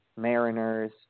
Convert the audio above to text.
Mariners